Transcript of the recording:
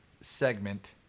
segment